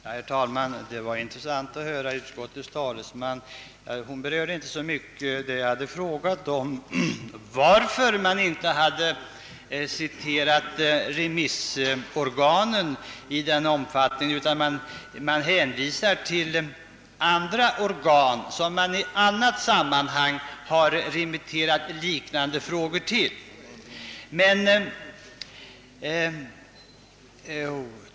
Herr talman! Det var intressant att höra vad utskottets företrädare hade att anföra. Hon berörde inte så mycket min fråga om varför man inte citerat remissorganen i någon större omfattning utan hänvisade till andra organ, till vilka liknande frågor remitterats i andra sammanhang.